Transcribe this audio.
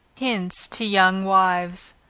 hints to young wives.